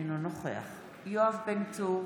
אינו נוכח יואב בן צור,